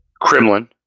Kremlin